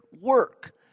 work